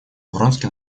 вронский